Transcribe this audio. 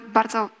bardzo